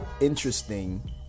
interesting